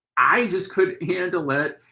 i just couldn't handle it.